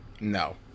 No